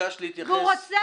תודה.